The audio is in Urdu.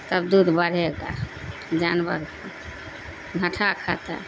سب دودھ بڑھے گا جانور گھاٹھا کھاتا ہے